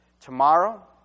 Tomorrow